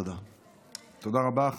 תודה רבה.